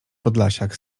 podlasiak